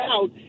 out